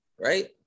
right